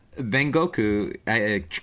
Bengoku